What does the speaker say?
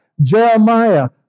Jeremiah